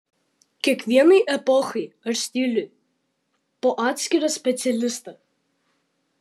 kiekvienai epochai ar stiliui po atskirą specialistą